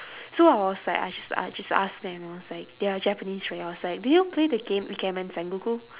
so I was like I jus~ I just ask them I was like they are japanese right I was like do y'all play the game ikemen sengoku